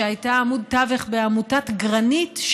שהייתה עמוד תווך בעמותת גרנית,